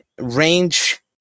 range